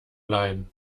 leihen